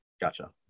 Gotcha